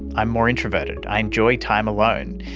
i'm more introverted, i enjoy time alone,